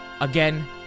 again